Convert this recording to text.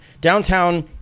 downtown –